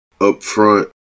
upfront